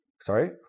sorry